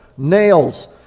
nails